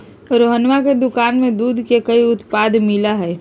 रोहना के दुकान में दूध के कई उत्पाद मिला हई